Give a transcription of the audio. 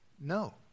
No